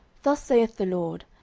thus saith the lord,